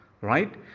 right